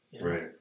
Right